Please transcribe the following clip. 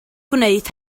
gwneud